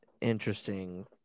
interesting